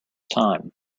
time